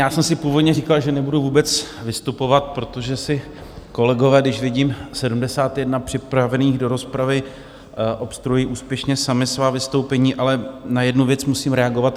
Já jsem si původně říkal, že nebudu vůbec vystupovat, protože si kolegové, když vidím 71 připravených do rozpravy, obstruují úspěšně sami svá vystoupení, ale na jednu věc musím reagovat.